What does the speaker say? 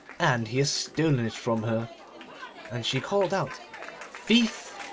and he has stolen it from her and she called out thief,